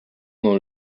dans